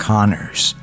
Connors